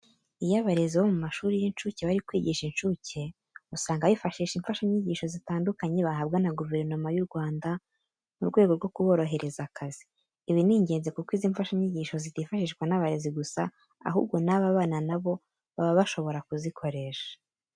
Iyo abarezi bo mu mashuri y'incuke bari kwigisha incuke, usanga bifashisha imfashanyigisho zitandukanye bahabwa na guverinoma y'u Rwanda mu rwego rwo kuborohereza akazi. Ibi ni ingenzi kuko izi mfashanyigisho zitifashishwa n'abarezi gusa ahubwo n'aba bana na bo baba bashobora kuzikoresha.